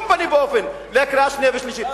בשום פנים ואופן לקריאה השנייה והשלישית.